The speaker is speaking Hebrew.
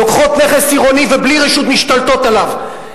לוקחות נכס עירוני ובלי רשות משתלטות עליו.